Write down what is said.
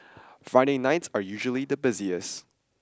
Friday nights are usually the busiest